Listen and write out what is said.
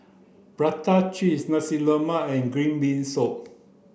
prata cheese nasi lemak and green bean soup